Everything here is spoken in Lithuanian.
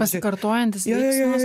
pasikartojantis veiksmas